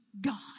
God